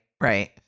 right